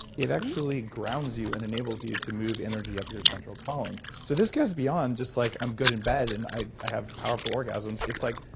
it actually grounds you and enables you to move energy up your central column. so this goes beyond just like i'm good in bed, and i have powerful orgasms. it's like,